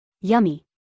Yummy